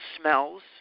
smells